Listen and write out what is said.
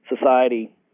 society